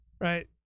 right